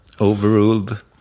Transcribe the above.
overruled